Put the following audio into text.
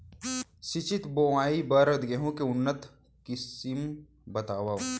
सिंचित बोआई बर गेहूँ के उन्नत किसिम बतावव?